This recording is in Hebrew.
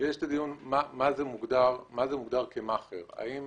יש את הדיון מהו מאכער, האם